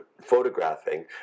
photographing